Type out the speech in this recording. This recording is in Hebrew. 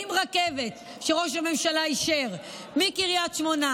עם רכבת שראש הממשלה אישר מקריית שמונה